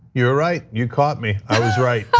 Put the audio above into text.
you're right. you caught me. i was right.